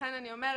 לכן אני אומרת,